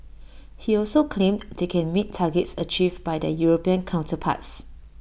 he also claimed they can meet targets achieved by their european counterparts